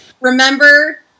remember